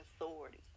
authority